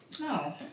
no